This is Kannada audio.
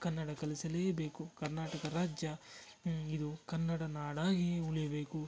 ಕನ್ನಡ ಕಲಿಸಲೇಬೇಕು ಕರ್ನಾಟಕ ರಾಜ್ಯ ಇದು ಕನ್ನಡ ನಾಡಾಗಿಯೇ ಉಳೀಬೇಕು